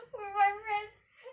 with my friend